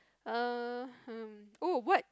err um oh what